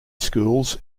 schools